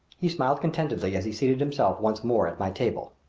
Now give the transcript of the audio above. he smiled contentedly as he seated himself once more at my table.